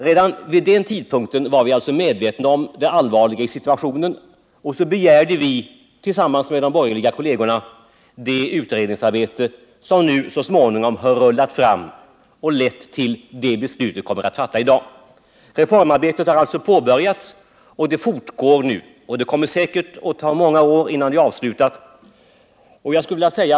Redan vid den tidpunkten var vi alltså medvetna om det allvarliga i situationen, och därför begärde vi tillsammans med de borgerliga kollegerna det utredningsarbete som så småningom har rullat fram och lett till det beslut vi kommer att fatta i dag. Reformarbetet har således påbörjats och fortgår. Det kommer säkert att ta många år innan det är avslutat.